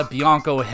Bianco